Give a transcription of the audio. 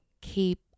keep